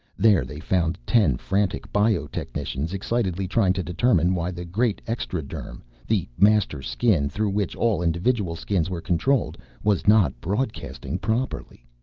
there they found ten frantic bio-technicians excitedly trying to determine why the great extraderm the master skin through which all individual skins were controlled was not broadcasting properly.